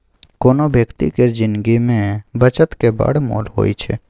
कोनो बेकती केर जिनगी मे बचतक बड़ मोल होइ छै